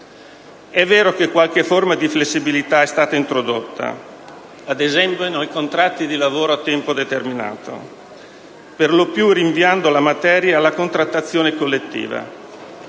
]vero che qualche forma di flessibilitae stata introdotta, ad esempio nei contratti di lavoro a tempo determinato, per lo piurinviando la materia alla contrattazione collettiva.